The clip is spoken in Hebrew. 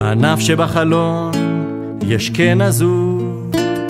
ענף שבחלון יש קן עזוב.